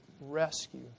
Rescue